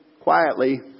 quietly